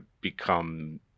become